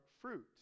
fruit